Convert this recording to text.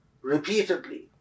repeatedly